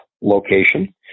location